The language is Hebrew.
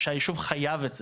שהיישוב חייב את זה.